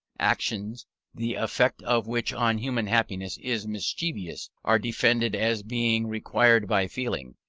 actions the effect of which on human happiness is mischievous, are defended as being required by feeling,